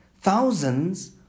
thousands